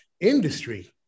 industry